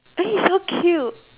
eh so cute